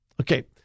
Okay